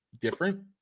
different